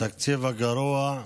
התקציב הגרוע,